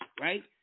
Right